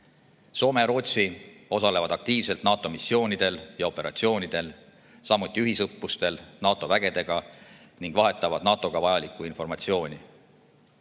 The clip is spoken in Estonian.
Soome ja Rootsi osalevad aktiivselt NATO missioonidel ja operatsioonidel, samuti ühisõppustel NATO vägedega ning vahetavad NATO-ga vajalikku informatsiooni.